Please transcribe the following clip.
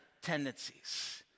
tendencies